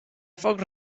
foc